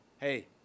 hey